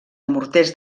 morters